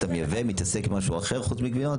אתה מייבא, מתעסק במשהו אחר חוץ מגבינות?